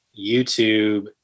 YouTube